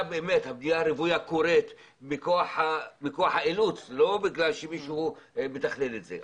הרוויה קורית מתוך אילוץ ולא בגלל שמישהו מתכנן את זה.